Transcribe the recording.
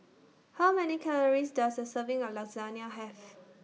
How Many Calories Does A Serving of Lasagne Have